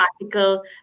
article